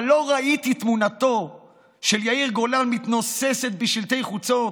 אבל לא ראיתי את תמונתו של יאיר גולן מתנוססת בשלטי חוצות,